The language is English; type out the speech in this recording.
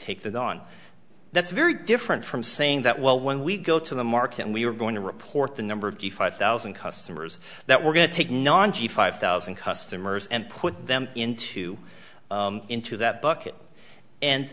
take that on that's very different from saying that well when we go to the market we are going to report the number of the five thousand customers that we're going to take non g five thousand customers and put them into into that bucket and